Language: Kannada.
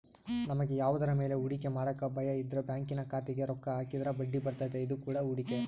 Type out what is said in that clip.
ನಮಗೆ ಯಾವುದರ ಮೇಲೆ ಹೂಡಿಕೆ ಮಾಡಕ ಭಯಯಿದ್ರ ಬ್ಯಾಂಕಿನ ಖಾತೆಗೆ ರೊಕ್ಕ ಹಾಕಿದ್ರ ಬಡ್ಡಿಬರ್ತತೆ, ಇದು ಕೂಡ ಹೂಡಿಕೆ